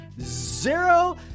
Zero